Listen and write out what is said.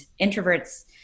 introverts